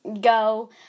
go